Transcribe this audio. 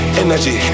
energy